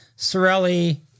Sorelli